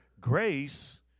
grace